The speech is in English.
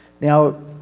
Now